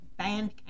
Bandcamp